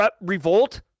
revolt